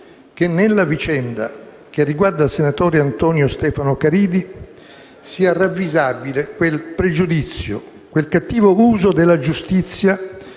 che nella vicenda che riguarda il senatore Antonio Stefano Caridi sia ravvisabile quel pregiudizio e quel cattivo uso della giustizia